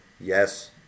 Yes